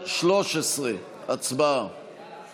ואם